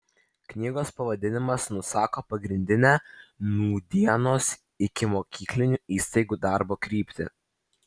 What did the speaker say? knygos pavadinimas nusako pagrindinę nūdienos ikimokyklinių įstaigų darbo kryptį